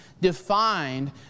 defined